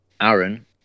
Aaron